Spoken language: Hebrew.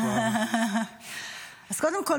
קודם כול,